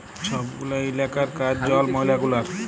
ছব গুলা ইলাকার কাজ জল, ময়লা গুলার